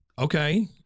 Okay